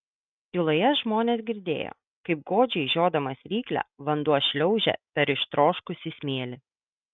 tyloje žmonės girdėjo kaip godžiai žiodamas ryklę vanduo šliaužia per ištroškusį smėlį